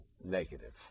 Negative